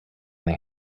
they